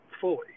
fully